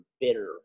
bitter